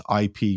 IP